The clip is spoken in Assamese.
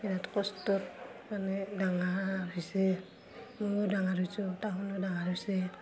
বিৰাট কষ্টত মানে ডাঙৰ হৈছে ময়ো ডাঙৰ হৈছোঁ তাহাঁতেও ডাঙৰ হৈছে